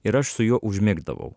ir aš su juo užmigdavau